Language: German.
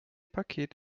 paket